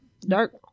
dark